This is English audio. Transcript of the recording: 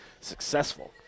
successful